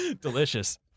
Delicious